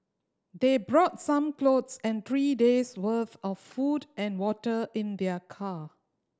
they brought some clothes and three days' worth of food and water in their car